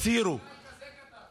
הצהירו, אתה פוליטיקאי כזה קטן.